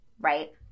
Right